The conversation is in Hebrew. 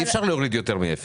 אי אפשר להוריד יותר מאפס.